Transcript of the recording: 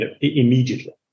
immediately